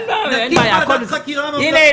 נקים ועדת חקירה ממלכתית --- הינה,